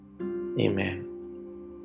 amen